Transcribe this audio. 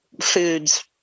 foods